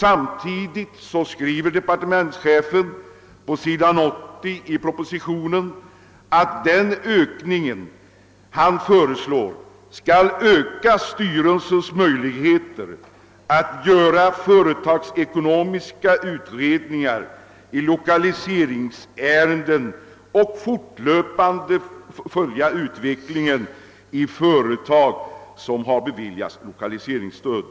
Samtidigt skriver departementschefen att den ökning han föreslår skall förbättra arbetsmarknadsstyrelsens möjligheter att göra företagsekonomiska utredningar i lokaliseringsärenden och att fortlöpande följa utvecklingen i företag som har beviljats lokaliseringsstöd.